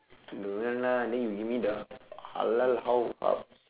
don't want lah then you give me the halal hao hub